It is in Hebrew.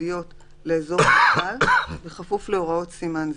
ייחודיות לאזור מוגבל בכפוף להוראות סימן זה,